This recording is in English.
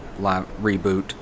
reboot